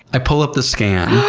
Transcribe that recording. i pull up the scan